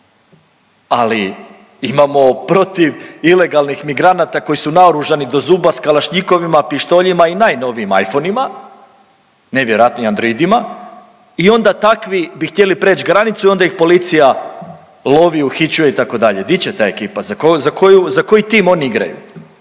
Ali imamo protiv ilegalnih migranata koji su naoružani do zuba s kalašnjikovima, pištoljima i najnovijim iPhone-ima, nevjerojatnim Android-ima i onda takvi bi htjeli preć granicu i onda ih policija lovi, uhićuje itd., di će ta ekipa, za koju, za koji tim oni igraju,